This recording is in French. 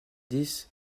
dix